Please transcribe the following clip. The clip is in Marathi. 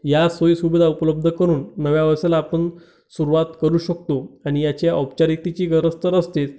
या सोयीसुविधा उपलब्ध करून नव्या व्यवसायाला आपण सुरुवात करू शकतो आणि याचे औपचारिकतेची गरज तर असतेच